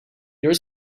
your